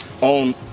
on